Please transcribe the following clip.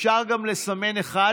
אפשר גם לסמן אחד,